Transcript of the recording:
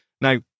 Now